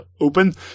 open